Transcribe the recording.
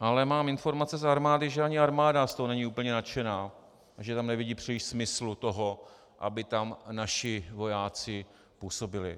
ale mám informace z armády, že ani armáda z toho není úplně nadšená, že tam nevidí příliš smyslu toho, aby tam naši vojáci působili.